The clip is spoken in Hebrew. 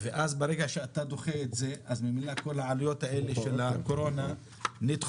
ואז ברגע שאתה דוחה את זה אז ממילא כל העלויות האלה של הקורונה נדחות.